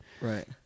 Right